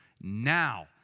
now